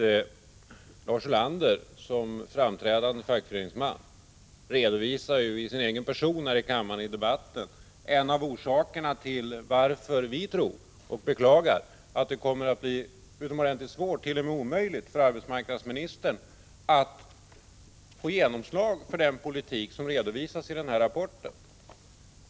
1985/86:107 ningsman redovisar ju genom sin egen person i kammaren och i debatten en av orsakerna till att vi tror — och beklagar — att det kommer att bli utomordentligt svårt, t.o.m. omöjligt, för arbetsmarknadsministern att få genomslag för den politik som redovisas i rapporten.